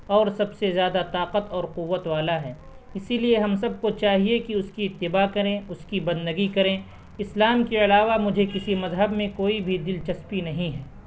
اور سب سے زیادہ طاقت اور قوت والا ہے اسی لیے ہم سب کو چاہیے کہ اس کی اتباع کریں اس کی بندگی کریں اسلام کے علاوہ مجھے کسی مذہب میں کوئی بھی دلچسپی نہیں ہے